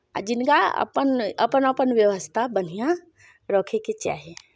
जिनका अपन अपन अपन व्यवस्था बढ़िआँ रखयके चाही